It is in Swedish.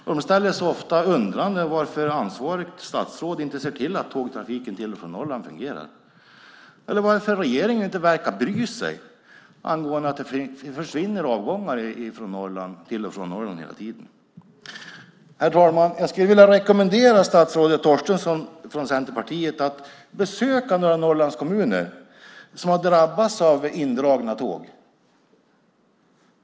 Man ställer sig ofta undrande till varför ansvarigt statsråd inte ser till att tågtrafiken till och från Norrland fungerar eller till att regeringen inte verkar bry sig angående att avgångar till och från Norrland hela tiden försvinner. Herr talman! Jag skulle vilja rekommendera statsrådet Torstensson från Centerpartiet att besöka några av de Norrlandskommuner som har drabbats av indragna tåg.